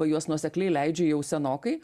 juos nuosekliai leidžia jau senokai